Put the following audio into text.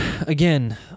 again